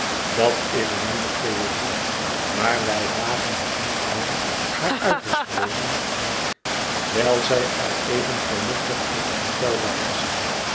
dat is een nieuwe theorie maar wij wagen het niettemin haar uit te spreken wijl zy al even vernuftig en onfeilbaar is